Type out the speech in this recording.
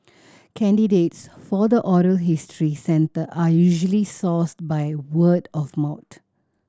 candidates for the oral history centre are usually sourced by word of mouth